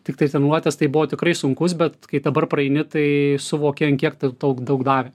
tiktai treniruotės tai buvo tikrai sunkus bet kai dabar praeini tai suvoki ant kiek daug daug davė